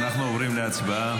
אנחנו עוברים להצבעה.